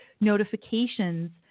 notifications